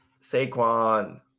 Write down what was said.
Saquon